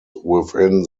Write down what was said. within